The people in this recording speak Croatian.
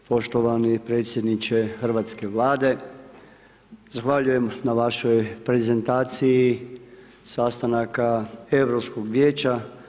Poštovani predsjedniče hrvatske Vlade, zahvaljujem na vašoj prezentaciji sastanaka Europskog vijeća.